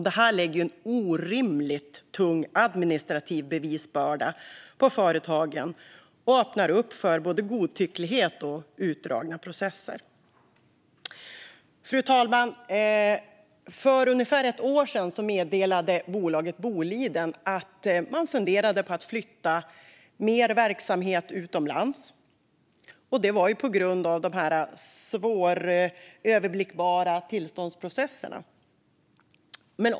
Det lägger en orimligt tung administrativ bevisbörda på företagen och öppnar upp för både godtycklighet och utdragna processer. Fru talman! För ungefär ett år sedan meddelade bolaget Boliden att man funderade på att flytta mer verksamhet utomlands på grund av de svåröverblickbara tillståndsprocesserna.